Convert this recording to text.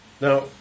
Now